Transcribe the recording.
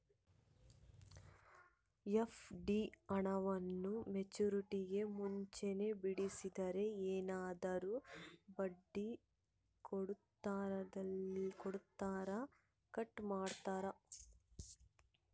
FD ಹಣವನ್ನು ಮೆಚ್ಯೂರಿಟಿಗೂ ಮುಂಚೆನೇ ಬಿಡಿಸಿದರೆ ಏನಾದರೂ ಬಡ್ಡಿ ಕೊಡೋದರಲ್ಲಿ ಕಟ್ ಮಾಡ್ತೇರಾ?